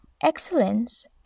Excellence